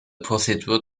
procedure